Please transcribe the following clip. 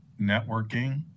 networking